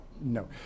no